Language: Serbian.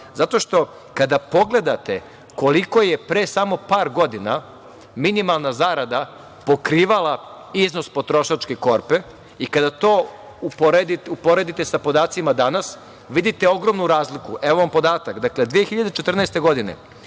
Zato što kada pogledate koliko je pre samo par godina minimalna zarada pokrivala iznos potrošačke korpe i kada to uporedite sa podacima danas, vidite ogromnu razliku. Evo vam podatak, 2014. godine